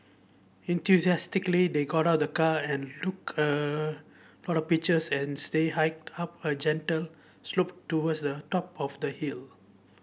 enthusiastically they got out the car and look a lot of pictures and stay hiked up a gentle slope towards the top of the hill